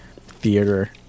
theater